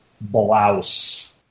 blouse